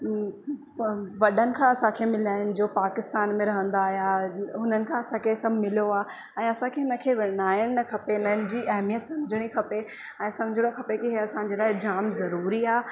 वॾनि खां असांखे मिलाइण जो पाकिस्तान में रहंदा हुया हुननि खां असांखे सभु मिलियो आहे ऐं असांखे इन खे विञाइणु न खपे हिननि जी अहमियत समुझणी खपे ऐं समुझणो खपे कि हे असांजे लाइ जाम ज़रूरी आहे